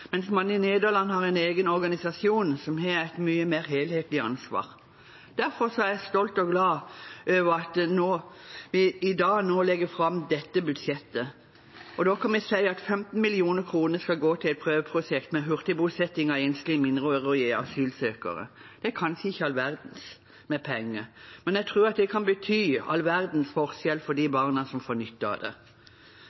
mens man i Nederland har en egen organisasjon som har et mye mer helhetlig ansvar. Derfor er jeg stolt og glad over at vi nå i dag legger fram dette budsjettet, for da kan vi si at 15 mill. kr skal gå til et prøveprosjekt med hurtigbosetting av enslige mindreårige asylsøkere. Det er kanskje ikke all verdens med penger, men jeg tror det kan bety all verdens forskjell for de